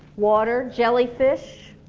water, jellyfish,